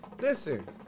Listen